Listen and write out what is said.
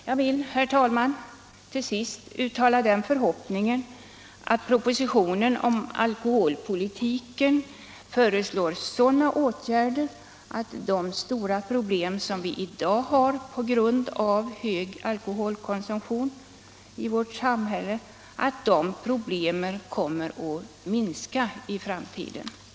Jag vill, herr talman, till sist uttala den förhoppningen att propositionen om alkoholpolitiken föreslår sådana åtgärder att de stora problem som vi i dag har i vårt samhälle på grund av hög alkoholkonsumtion kommer att minska i framtiden. Allmänpolitisk debatt Allmänpolitisk debatt